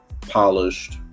polished